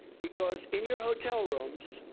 because in your hotel rooms,